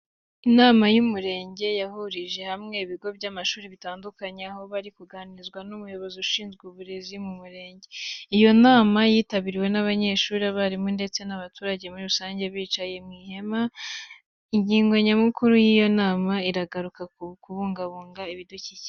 Inama y'umurenge yahurije hamwe ibigo by'amashuri bitandukanye, aho bari kuganirizwa n'umuyobozi ushinzwe uburezi mu murenge. Iyo nama yitabiriwe n'abanyeshyuri, abarimu ndetse n'abaturage muri rusange, bicaye mu ihema. Ingingo nyamukuru y'iyo nama iragaruka ku kubungabunga ibidukikije.